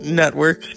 network